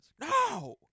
No